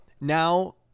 now